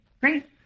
Great